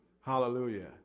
Hallelujah